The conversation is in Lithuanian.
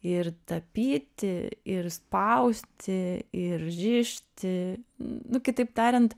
ir tapyti ir spausti ir rišti nu kitaip tariant